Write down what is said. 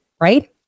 right